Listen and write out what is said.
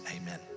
amen